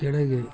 ಕೆಳಗೆ